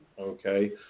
okay